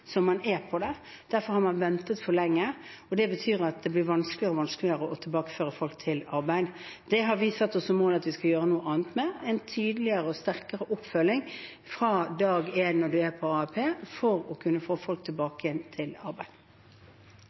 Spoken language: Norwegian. man er på AAP. Derfor har man ventet for lenge. Det betyr at det blir vanskeligere og vanskeligere å føre folk tilbake til arbeid. Det har vi satt oss som mål å gjøre noe med, med en tydeligere og sterkere oppfølging fra dag én når en er på AAP, for å kunne få folk tilbake igjen til arbeid.